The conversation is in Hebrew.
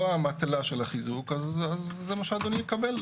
המטלה של החיזוק אז זה מה שאדוני יקבל,